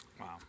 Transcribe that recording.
Wow